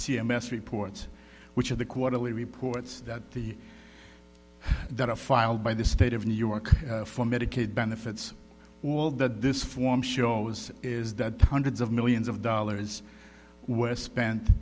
c m s reports which are the quarterly reports that the that are filed by the state of new york for medicaid benefits that this form shows is that hundreds of millions of dollars were spent